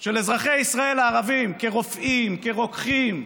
של אזרחי ישראל הערבים, כרופאים, כרוקחים,